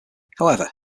however